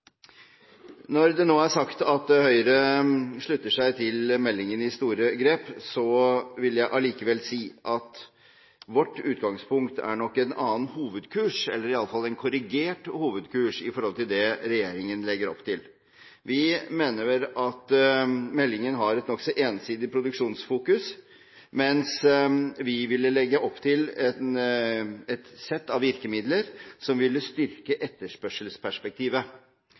Når det nå er sagt at Høyre slutter seg til meldingen i store grep, vil jeg allikevel si at vårt utgangspunkt er nok en annen hovedkurs – eller iallfall en korrigert hovedkurs – enn det regjeringen legger opp til. Vi mener at meldingen har et nokså ensidig produksjonsfokus, mens vi vil legge opp til et sett av virkemidler som ville styrke etterspørselsperspektivet.